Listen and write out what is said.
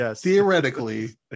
theoretically